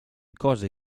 cose